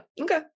Okay